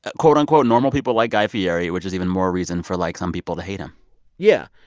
ah quote, unquote, normal people like guy fieri, which is even more reason for, like, some people to hate him yeah.